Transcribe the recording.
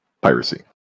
piracy